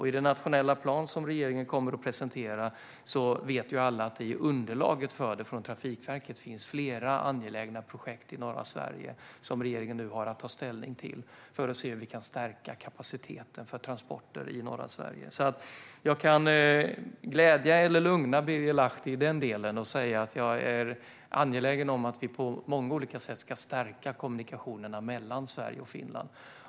I den nationella plan som regeringen kommer att presentera finns det i underlaget från Trafikverket - det vet alla - flera angelägna projekt i norra Sverige, som regeringen nu har att ta ställning till för att se hur vi kan stärka kapaciteten för transporter i norra Sverige. Jag kan alltså glädja, eller lugna, Birger Lahti när det gäller den delen och säga att jag är angelägen om att vi på många olika sätt ska stärka kommunikationerna mellan Sverige och Finland.